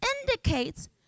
indicates